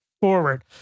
forward